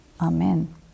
Amen